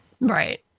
Right